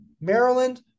Maryland